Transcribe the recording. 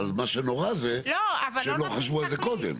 אבל מה שנורא זה שהם לא חשבו על זה קודם.